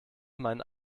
meinen